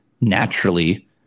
naturally